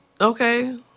Okay